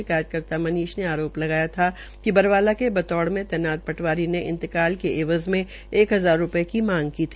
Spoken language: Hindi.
शिकायत कर्ता मनीष ने आरो लगाया था कि बरवाला के बतौड़ में तैनता टवारी ने इंतकाल के एवज में एक हजार रू ये की मांग की भी